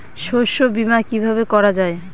শস্য বীমা কিভাবে করা যায়?